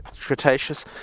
Cretaceous